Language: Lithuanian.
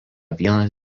vienas